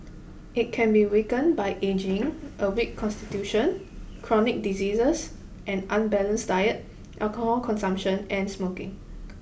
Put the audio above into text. it can be weakened by ageing a weak constitution chronic diseases an unbalanced diet alcohol consumption and smoking